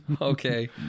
Okay